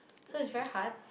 so it's very hard